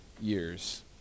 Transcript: years